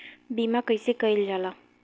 बीमा कइसे कइल जाला?